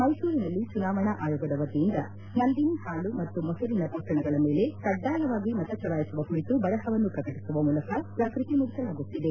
ಮೈಸೂರಿನಲ್ಲಿ ಚುನಾವಣಾ ಆಯೋಗದ ವತಿಯಿಂದ ನಂದಿನಿ ಹಾಲು ಮತ್ತು ಮೊಸರಿನ ಪೊಟ್ಟಣಗಳ ಮೇಲೆ ಕಡ್ಡಾಯವಾಗಿ ಮತಚಲಾಯಿಸುವ ಕುರಿತು ಬರಹವನ್ನು ಪ್ರಕಟಿಸುವ ಮೂಲಕ ಜಾಗೃತಿ ಮೂಡಿಸಲಾಗುತ್ತಿದೆ